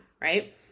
right